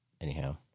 Anyhow